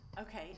Okay